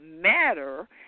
matter